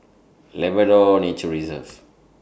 Labrador Nature Reserve